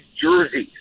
jersey